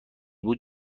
بود